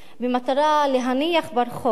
במטרה להניח ברחוב